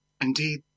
Indeed